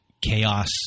chaos